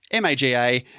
MAGA